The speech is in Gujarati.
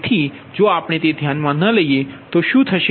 તેથી જો આપણે તે ધ્યાનમાં ન લઈએ તો શું થશે